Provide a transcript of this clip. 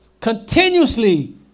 Continuously